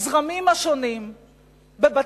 הזרמים השונים בבתי-הספר,